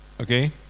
Okay